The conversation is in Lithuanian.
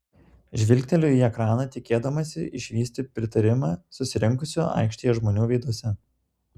žvilgteliu į ekraną tikėdamasi išvysti pritarimą susirinkusių aikštėje žmonių veiduose